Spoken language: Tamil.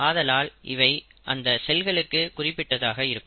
ஆதலால் இவை அந்த செல்களுக்கு குறிப்பிட்டதாக இருக்கும்